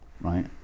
right